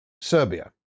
Serbia